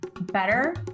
better